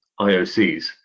IOCs